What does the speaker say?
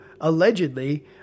allegedly